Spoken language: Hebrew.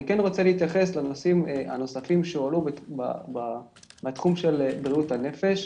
אני כן רוצה להתייחס לנושאים הנוספים שהועלו בתחום של בריאות הנפש.